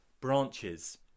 branches